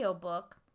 book